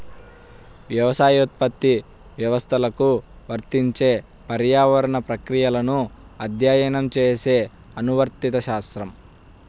వ్యవసాయోత్పత్తి వ్యవస్థలకు వర్తించే పర్యావరణ ప్రక్రియలను అధ్యయనం చేసే అనువర్తిత శాస్త్రం